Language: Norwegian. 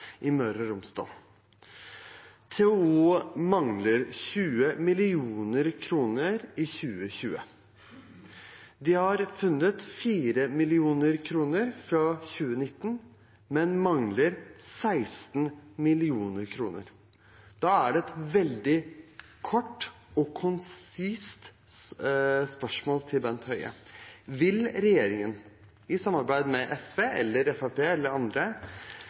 i Møre og Romsdal. TOO manglet 20 mill. kr i 2020. De har funnet 4 mill. kr fra 2019, men mangler 16 mill. kr. Da har jeg et veldig kort og konsist spørsmål til Bent Høie: Vil regjeringen – i samarbeid med SV, Fremskrittspartiet eller andre